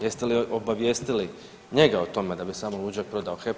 Jeste li obavijestili njega o tome da bi samo luđak prodao HEP?